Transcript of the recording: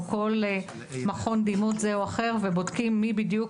או כל מכון דימות זה או אחר ובודקים מי בדיוק,